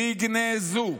תגנזו.